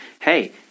hey